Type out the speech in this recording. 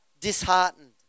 disheartened